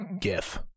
gif